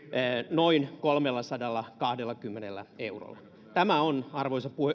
noin kolmellasadallakahdellakymmenellä eurolla tämä on arvoisa